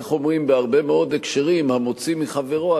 איך אומרים בהרבה מאוד הקשרים: המוציא מחברו,